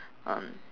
um